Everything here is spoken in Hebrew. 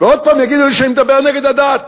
ועוד פעם יגידו לי שאני מדבר נגד הדת.